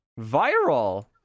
Viral